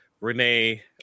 Renee